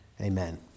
Amen